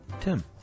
Tim